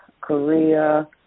Korea